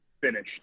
finished